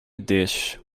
dish